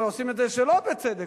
אבל עושים את זה שלא בצדק.